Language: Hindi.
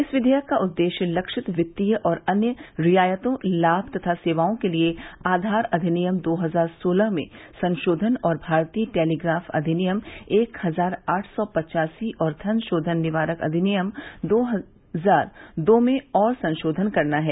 इस विधेयक का उद्देश्य लक्षित वित्तीय और अन्य रियायतों लाभ तथा सेवाओं के लिए आधार अधिनियम दो हजार सोलह में संशोधन और भारतीय टेलीग्राफ अधिनियम एक हजार आठ सौ पच्चासी और धन शोधन निवारक अधिनियम दो हजार दो में और संशोधन करना है